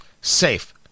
safe